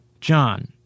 John